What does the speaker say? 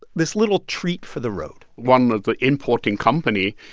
this little treat for the road one of the importing company,